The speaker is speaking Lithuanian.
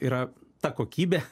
yra ta kokybė